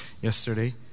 Yesterday